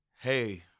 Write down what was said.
hey